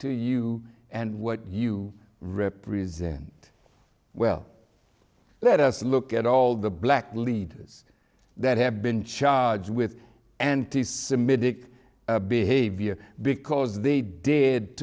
to you and what you represent well let us look at all the black leaders that have been charged with anti semitic behavior because they did